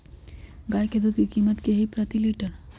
गाय के दूध के कीमत की हई प्रति लिटर?